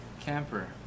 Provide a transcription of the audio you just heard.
Camper